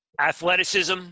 Athleticism